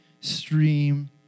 stream